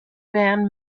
band